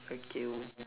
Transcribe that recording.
okay